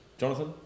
Jonathan